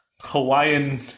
Hawaiian